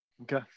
Okay